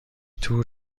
تور